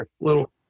little